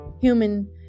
human